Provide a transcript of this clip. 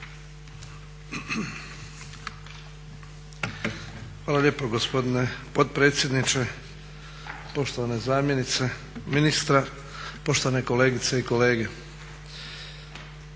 Hvala lijepo gospodine potpredsjedniče. Poštovana zamjenice ministra, poštovane kolegice i kolege.